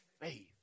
faith